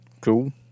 Cool